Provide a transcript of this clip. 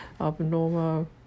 abnormal